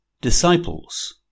disciples